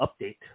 update